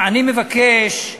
אני מבקש,